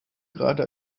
gerade